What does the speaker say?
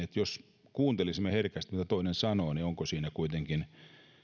että kuuntelisimme herkästi mitä toinen sanoo ja onko siinä kuitenkin